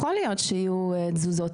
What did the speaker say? יכול להיות שיהיו תזוזות,